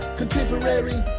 contemporary